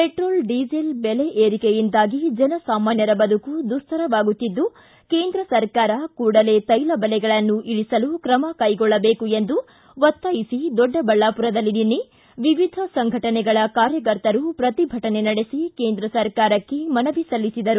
petrol diesel ದೆಲೆ ಏರಿಕೆಯಿಂದಾಗಿ ಜನಸಾಮಾನ್ನರ ಬದುಕು ದುಸ್ತರವಾಗುತ್ತಿದ್ದು ಕೇಂದ್ರ ಸರ್ಕಾರ ಕೂಡಲೇ ತೈಲ ದೆಲೆಗಳನ್ನು ಇಳಿಸಲು ತ್ರಮ ಕೈಗೊಳ್ಳಬೇಕು ಎಂದು ಒತ್ತಾಯಿಸಿ ದೊಡ್ಡಬಳ್ಳಾಮರದಲ್ಲಿ ನಿನ್ನೆ ವಿವಿಧ ಸಂಘಟನೆಗಳ ಕಾರ್ಯಕರ್ತರು ಪ್ರತಿಭಟನೆ ನಡೆಸಿ ಕೇಂದ್ರ ಸರ್ಕಾರಕ್ಷೆ ಮನವಿ ಸಲ್ಲಿಸಿದರು